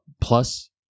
plus